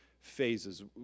phases